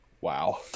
Wow